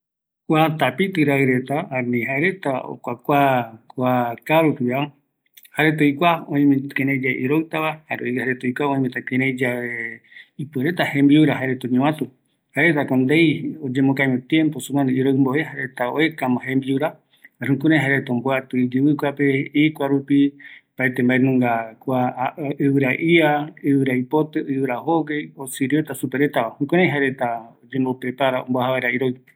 Kua tapiti raɨ reta, oime jaereta oikua kïraï yave okɨtava, iroɨta, jaereta oikuama yave, jaema jaereta oñovatu jembiura ikuarupi, jukuraï jaereta omboatɨ jembiura